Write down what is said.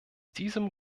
diesem